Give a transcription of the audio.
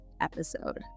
episode